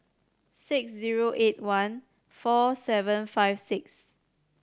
six zero eight one four seven five six